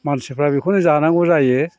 मानसिफ्रा बेखौनो जानांगौ जायो